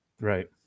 Right